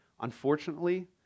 unfortunately